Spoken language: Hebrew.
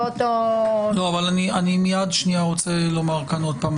אני רוצה לומר עוד פעם,